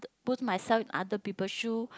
put myself in other people shoe